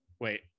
Wait